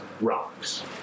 rocks